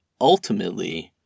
ultimately